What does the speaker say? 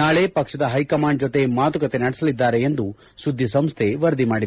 ನಾಳೆ ಪಕ್ಷದ ಹೈಕಮಾಂಡ್ ಜತೆ ಮಾತುಕತೆ ನಡೆಸಲಿದ್ದಾರೆ ಎಂದು ಸುದ್ದಿಸಂಸ್ಟೆ ವರದಿ ಮಾಡಿದೆ